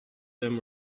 them